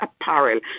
apparel